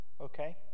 okay